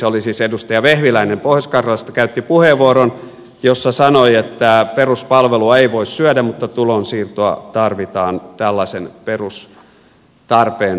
niin siis edustaja vehviläinen pohjois karjalasta käytti puheenvuoron jossa sanoi että peruspalvelua ei voi syödä mutta tulonsiirtoa tarvitaan tällaisen perustarpeen tyydyttämiseen